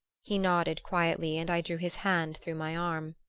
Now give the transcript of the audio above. he nodded quietly and i drew his hand through my arm.